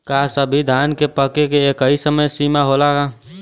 का सभी धान के पके के एकही समय सीमा होला?